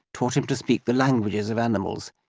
taught him to speak the languages of animals,